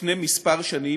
לפני כמה שנים,